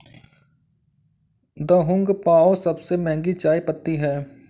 Da Hong पाओ सबसे महंगी चाय पत्ती है